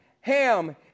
Ham